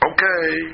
Okay